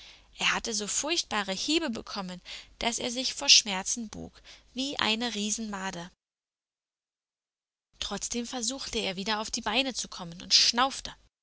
er hatte so furchtbare hiebe bekommen daß er sich vor schmerzen bog wie eine riesenmade trotzdem versuchte er wieder auf die beine zu kommen und schnaufte